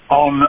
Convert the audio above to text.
on